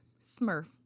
Smurf